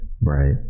right